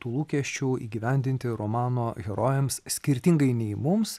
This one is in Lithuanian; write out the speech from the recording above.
tų lūkesčių įgyvendinti romano herojams skirtingai nei mums